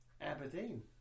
Aberdeen